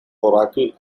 oracle